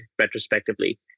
retrospectively